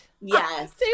Yes